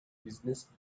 business